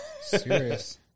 Serious